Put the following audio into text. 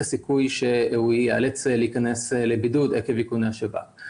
הסיכוי שהוא ייאלץ להיכנס לבידוד עקב איכוני השב"כ.